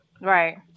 Right